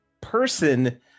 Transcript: person